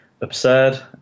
absurd